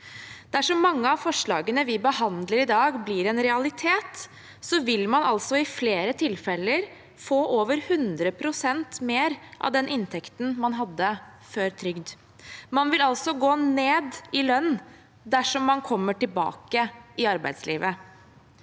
Dersom mange av forslagene vi behandler i dag, blir en realitet, vil man i flere tilfeller få over 100 pst. mer av den inntekten man hadde før trygd. Man vil altså gå ned i inntekt dersom man kommer tilbake i arbeidslivet.